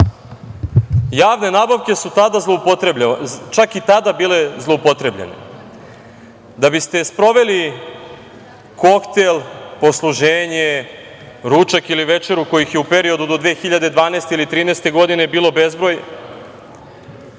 javne nabavke su čak i tada bile zloupotrebljavane. Da biste sproveli koktel, posluženje, ručak ili večeru kojih je u periodu do 2012. ili 2013. godine bilo bezbroj,